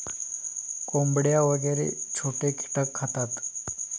कोंबड्या वगैरे छोटे कीटक खातात